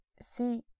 see